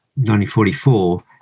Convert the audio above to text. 1944